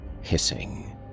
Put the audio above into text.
hissing